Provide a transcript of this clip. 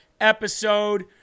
episode